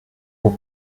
vos